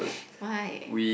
why